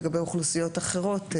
לגבי אוכלוסיות אחרות.